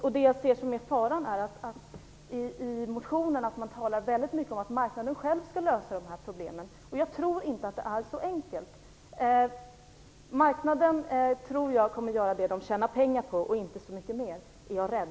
Det som jag ser som faran är att man i motionen talar mycket om att marknaden själv skall lösa problemen. Jag tror inte att det är så enkelt. Marknaden kommer att göra det den tjänar pengar på och inte så mycket mer, är jag rädd.